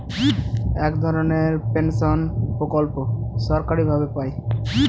এক ধরনের পেনশন প্রকল্প সরকারি ভাবে পাই